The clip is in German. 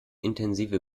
intensive